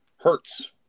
Hurts